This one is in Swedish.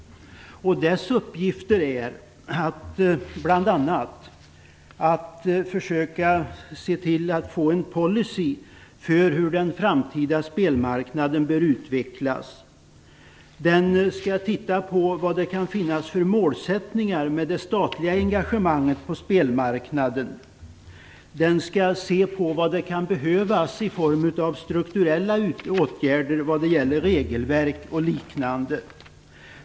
Dess uppgifter är bl.a. att försöka se till att ta fram en policy för hur den framtida spelmarknaden bör utvecklas. Arbetsgruppen skall titta på vad det kan finnas för målsättningar med det statliga engagemanget på spelmarknaden. Den skall se på vad det kan behövas i form av strukturella åtgärder vad gäller regelverk och liknande.